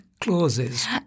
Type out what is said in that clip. clauses